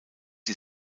ihr